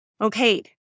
Okay